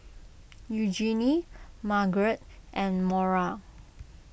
Eugenie Margaret and Maura